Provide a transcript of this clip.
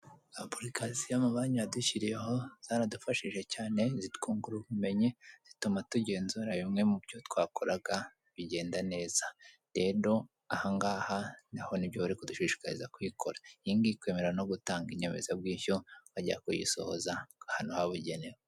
Apulikasiyo y'amabanki yadushyiriyeho, zaradufashije cyane zitwungura ubumenyi zituma tugenzura bimwe mu byo twakoraga bigenda neza. Rero ahangaha naho ni byo bari kudushishikariza kuyikora, iyi ngiyi ikwemerera no gutanga inyemezabwishyu, bajya kuyisohoza ahantu habugenewe.